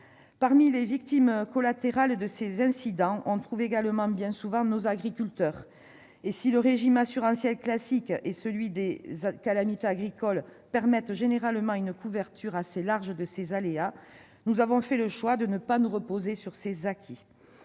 Parmi les victimes collatérales de ces incidents figurent également bien souvent nos agriculteurs. Si le régime assurantiel classique et celui des calamités agricoles permettent généralement une couverture assez large des aléas, nous avons fait le choix de ne pas nous reposer sur ces acquis.